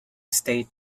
state